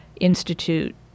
Institute